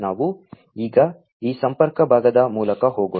ನಾವು ಈಗ ಈ ಸಂಪರ್ಕ ಭಾಗದ ಮೂಲಕ ಹೋಗೋಣ